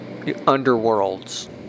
underworlds